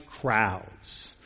crowds